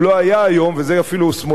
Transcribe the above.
ואת זה אפילו שמאלנים אומרים,